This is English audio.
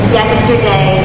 yesterday